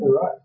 right